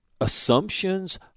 assumptions